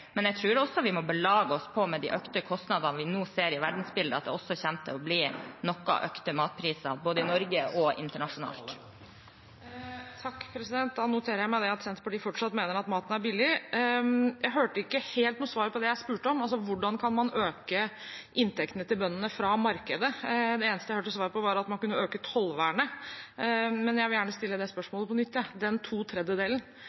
men jeg tror vi må belage oss på, med de økte kostnadene vi nå ser i verdensbildet, at det også kommer til å bli noe økte matpriser, både i Norge og internasjonalt. Det blir oppfølgingsspørsmål – først Lene Westgaard-Halle. Da noterer jeg meg at Senterpartiet fortsatt mener at maten er billig. Jeg hørte ikke helt noe svar på det jeg spurte om, altså hvordan man kan øke inntektene til bøndene fra markedet. Det eneste svaret jeg hørte, var at man kunne øke tollvernet. Jeg vil gjerne stille